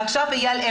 עכשיו אייל,